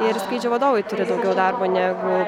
ir skrydžių vadovai turi daugiau darbo negu